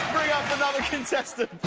another contestant.